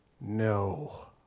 no